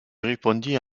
répondit